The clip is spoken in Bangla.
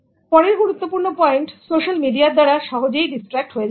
পরের গুরুত্বপূর্ণ পয়েন্ট সোশ্যাল মিডিয়ার দ্বারা সহজেই ডিস্ট্রাক্ট হয়ে যাওয়া